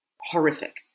horrific